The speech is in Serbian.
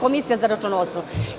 Komisija za računovodstvo?